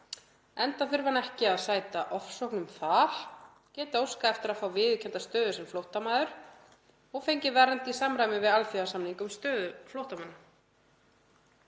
enda þurfi hann ekki að sæta ofsóknum þar, geti óskað eftir að fá viðurkennda stöðu sem flóttamaður og fengið vernd í samræmi við alþjóðasamning um stöðu flóttamanna.